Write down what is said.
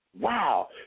Wow